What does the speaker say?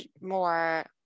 more